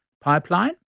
pipeline